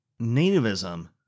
Nativism